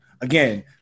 Again